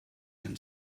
can